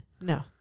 no